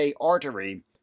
artery